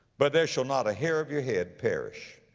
but there shall not a hair of your head perish.